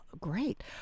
great